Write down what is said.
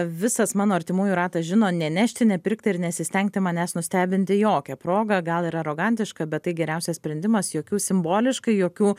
visas mano artimųjų ratas žino nenešti nepirkti ir nesistengti manęs nustebinti jokia proga gal ir arogantiška bet tai geriausias sprendimas jokių simboliškai jokių